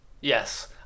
Yes